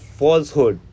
falsehood